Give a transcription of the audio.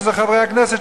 שזה חברי הכנסת,